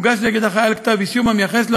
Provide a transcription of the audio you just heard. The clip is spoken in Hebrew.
הוגש נגד החייל כתב אישום המייחס לו